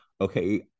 okay